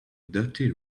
dirty